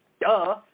Duh